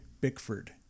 Bickford